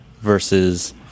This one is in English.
versus